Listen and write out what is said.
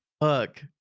fuck